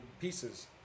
pieces